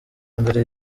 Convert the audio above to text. mbere